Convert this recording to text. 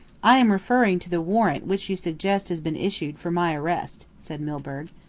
i am referring to the warrant which you suggest has been issued for my arrest, said milburgh.